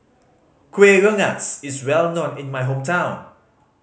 Kuih Rengas is well known in my hometown